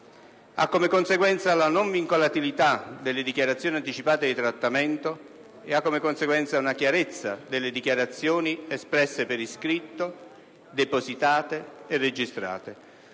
ha come conseguenza la non vincolatività delle dichiarazioni anticipate di trattamento e una chiarezza delle dichiarazioni espresse per iscritto, depositate e registrate.